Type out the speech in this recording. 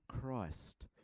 christ